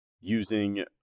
using